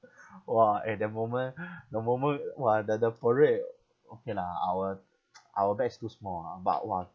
!wah! eh that moment the moment !wah! the the parade okay lah our our batch too small ah but !wah!